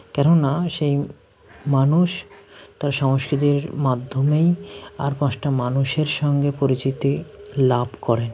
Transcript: কেননা সেই মানুষ তার সংস্কৃতির মাধ্যমেই আর পাঁচটা মানুষের সঙ্গে পরিচিতি লাভ করেন